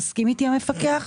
תסכים איתי המפקח,